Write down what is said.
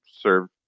served